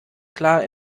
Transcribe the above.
klar